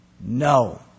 No